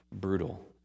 Brutal